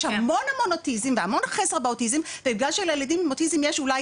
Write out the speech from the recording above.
יש המון אוטיזם והמון חסר באוטיזם ובגלל שלילדים עם אוטיזם יש אולי